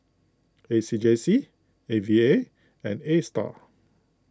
A C J C A V A and A star